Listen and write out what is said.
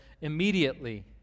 immediately